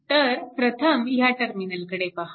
तर प्रथम ह्या टर्मिनलकडे पहा